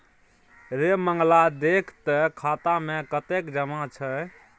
रे मंगला देख तँ खाता मे कतेक जमा छै